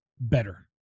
better